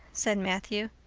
said matthew,